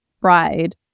bride